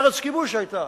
ארץ כיבוש היתה.